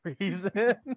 Reason